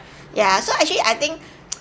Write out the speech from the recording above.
ya so actually I think